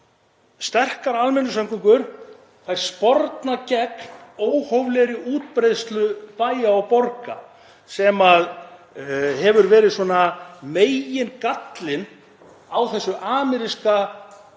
sterkar almenningssamgöngur sporna gegn óhóflegri útbreiðslu bæja og borga sem hefur verið svona megingallinn á þessu ameríska